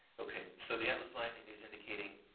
okay. so the atlas line is indicating